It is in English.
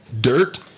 dirt